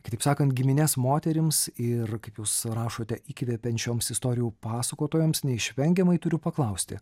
kitaip sakant giminės moterims ir kaip jūs rašote įkvepiančioms istorijų pasakotojoms neišvengiamai turiu paklausti